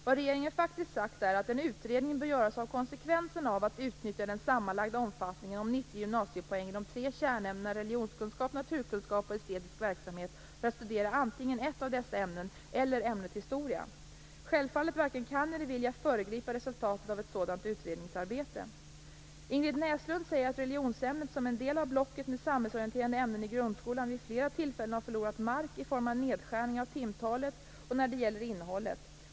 Vad regeringen faktiskt har sagt är, att en utredning bör göras av konsekvenserna av att utnyttja den sammanlagda omfattningen om 90 gymnasiepoäng i de tre kärnämnena religionskunskap, naturkunskap och estetisk verksamhet för att studera antingen ett av dessa ämnen eller ämnet historia. Självfallet varken kan eller vill jag föregripa resultatet av ett sådant utredningsarbete. Ingrid Näslund säger att religionsämnet som en del av blocket med samhällsorienterande ämnen i grundskolan vid flera tillfällen har förlorat mark i form av nedskärningar av timtalet och när det gäller innehållet.